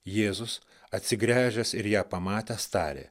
jėzus atsigręžęs ir ją pamatęs tarė